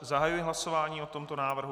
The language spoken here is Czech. Zahajuji hlasování o tomto návrhu.